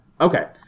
Okay